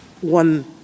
one